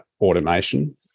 automation